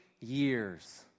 years